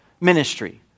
ministry